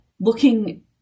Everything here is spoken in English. looking